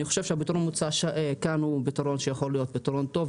אני חושב שהפתרון המוצע כאן הוא פתרון שיכול להיות פתרון טוב.